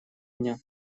дня